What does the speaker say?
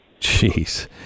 Jeez